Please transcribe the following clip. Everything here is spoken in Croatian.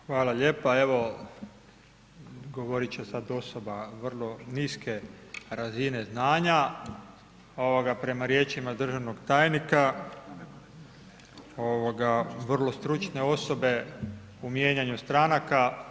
Hvala lijepa, evo govorit će sad osoba vrlo niske razine znanje, ovoga prema riječima državnog tajnika, ovoga vrlo stručne osobe u mijenjanju stranaka.